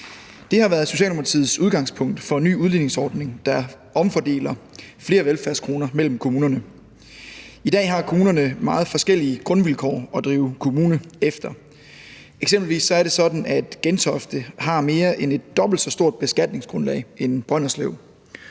Det har været Socialdemokratiets udgangspunkt for en ny udligningsordning, der omfordeler flere velfærdskroner mellem kommunerne. I dag har kommunerne meget forskellige grundvilkår at drive kommune efter. Eksempelvis er det sådan, at Gentofte har mere end et dobbelt så stort beskatningsgrundlag som Brønderslev.